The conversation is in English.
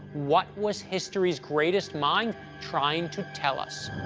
what was history's greatest mind trying to tell us?